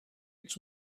its